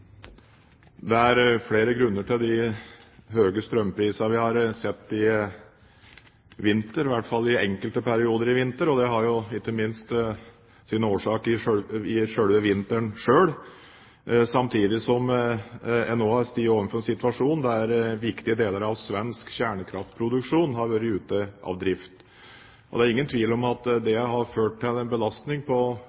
Det er flere grunner til de høye strømprisene vi har sett i vinter – i hvert fall i enkelte perioder i vinter – og det har jo ikke minst sin årsak i selve vinteren selv, samtidig som en nå har stått overfor en situasjon der viktige deler av svensk kjernekraftproduksjon har vært ute av drift. Det er ingen tvil om at